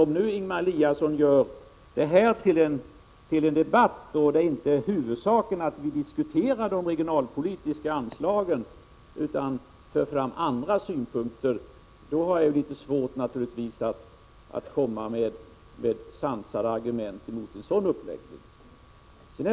Om nu Ingemar Eliasson gör detta till ett debattämne där vi i huvudsak inte skall diskutera de regionalpolitiska anslagen utan föra fram andra synpunkter, då har vi naturligtvis litet svårt att komma med sansade argument mot en sådan uppläggning.